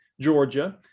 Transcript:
Georgia